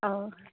অঁ